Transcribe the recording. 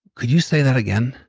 could you say that again?